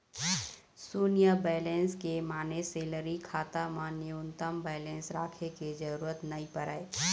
सून्य बेलेंस के माने सेलरी खाता म न्यूनतम बेलेंस राखे के जरूरत नइ परय